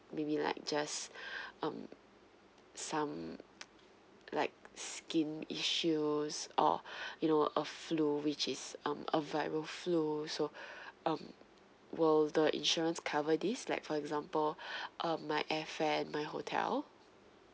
maybe like just um some like skin issues or you know a flu which is um a viral flu so um will the insurance cover this like for example um my airfare my hotel